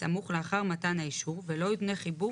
סמוך לאחר מתן האישור ולא יותנה חיבור